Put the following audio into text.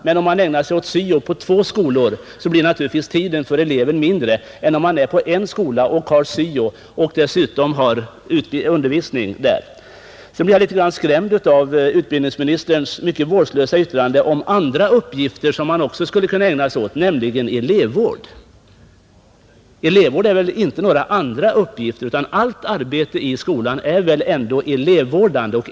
Om syo-funktionären ägnar sig åt syo på två skolor, så blir givetvis tiden för eleverna mindre än om man är på en skola och där ägnar sig åt både syo och undervisning. Jag blev litet skrämd av utbildningsministerns mycket vårdslösa yttrande om att syo-funktionären också har andra uppgifter som han skall ägna sig åt, t.ex. elevvård. Elevvården är väl ändå inte några ”andra uppgifter”, utan allt arbete i skolan är elevvårdande.